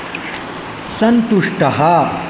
सन्तुष्टः